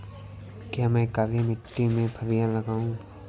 क्या मैं काली मिट्टी में फलियां लगाऊँ?